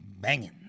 banging